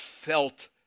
felt